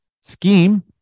scheme